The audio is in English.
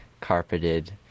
carpeted